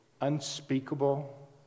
unspeakable